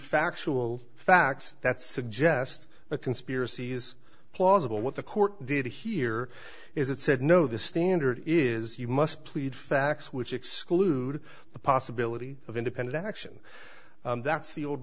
factual facts that suggest a conspiracy is plausible what the court did here is it said no the standard is you must plead facts which exclude the possibility of independent action that's the old